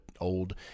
old